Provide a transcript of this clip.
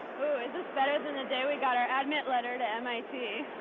ooh, is this better than the day we got our admit letter to mit?